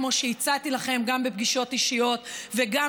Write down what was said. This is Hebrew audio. כמו שהצעתי לכם גם בפגישות אישיות וגם